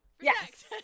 yes